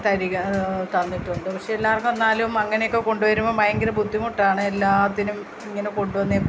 തരിക തന്നിട്ടുണ്ട് പക്ഷെ എല്ലാവർക്കും എന്നാലും അങ്ങനെയൊക്കെ കൊണ്ട് വരുമ്പം ഭയങ്കര ബുദ്ധിമുട്ടാണ് എല്ലാത്തിനും ഇങ്ങനെ കൊണ്ടുവന്നേ